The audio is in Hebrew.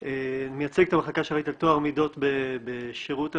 אני מייצג את המחלקה שאחראית על טוהר מידות בשירות המדינה,